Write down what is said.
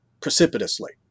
precipitously